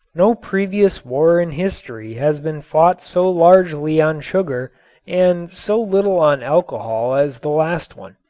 no previous war in history has been fought so largely on sugar and so little on alcohol as the last one.